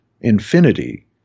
Infinity